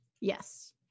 Yes